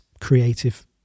creative